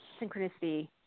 synchronicity